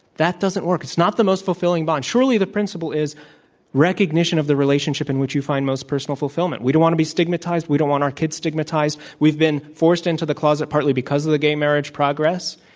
that doesn't work. it's not the most fulfilling bond. surely the principle is recognition of the relationship in which you find most personal fulfillment. we don't want to be stigmatized. we don't want our kids stigmatized. we've been for ced into the closet partly because of the gay marriage progress,